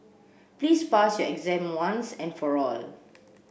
please pass your exam once and for all